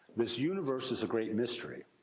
this universe is a great mystery,